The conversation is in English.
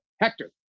Hector